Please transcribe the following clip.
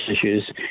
issues